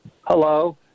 Hello